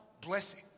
blessing